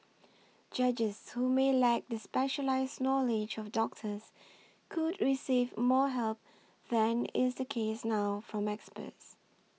judges who may lack the specialised knowledge of doctors could receive more help than is the case now from experts